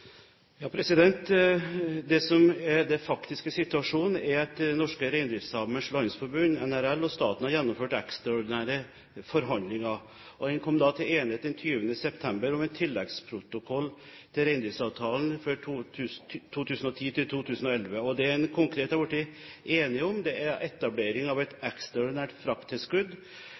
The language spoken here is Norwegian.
faktiske situasjonen er at Norske Reindriftssamers Landsforbund, NRL, og staten har gjennomført ekstraordinære forhandlinger. Vi kom den 20. september til enighet om en tilleggsprotokoll til reindriftsavtalen for 2010–2011. Det en konkret har blitt enige om, er etablering av et ekstraordinært frakttilskudd,